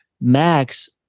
Max